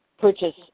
purchase